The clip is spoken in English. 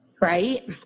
right